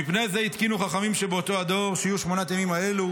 "ומפני זה התקינו חכמים שבאותו הדור שיהיו שמונת ימים האלו,